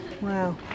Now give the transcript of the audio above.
Wow